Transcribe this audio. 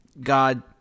God